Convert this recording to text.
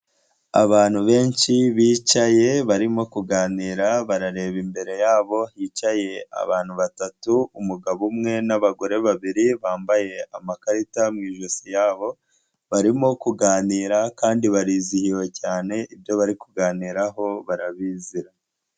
Abantu benshi bicaye barimo kuganira barareba imbere yabo hicaye abantu batatu umugabo umwe n'abagore babiri bambaye amakarita mu ijosi yabo, barimo kuganira kandi barizihiwe cyane ibyo bari kuganiraho barabiziranye.